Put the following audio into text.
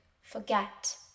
forget